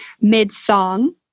mid-song